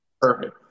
perfect